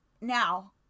Now